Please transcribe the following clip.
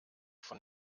von